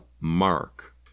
mark